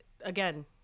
again